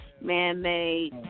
man-made